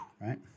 Right